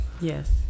Yes